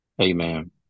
Amen